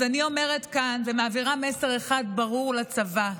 אז אני אומרת כאן ומעבירה מסר אחד ברור לצבא: